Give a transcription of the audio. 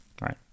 right